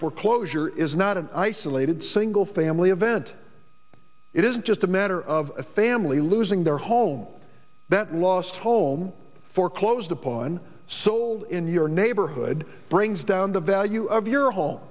foreclosure is not an isolated single family event it is just a matter of a family losing their home that last home foreclosed upon sold in your neighborhood brings down the value of your home